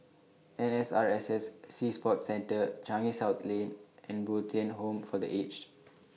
N S R S S Sea Sports Center Changi South Lane and Bo Tien Home For The Aged